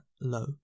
low